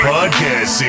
Podcast